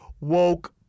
woke